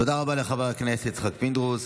תודה רבה לחבר הכנסת יצחק פינדרוס.